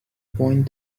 point